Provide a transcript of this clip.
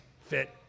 fit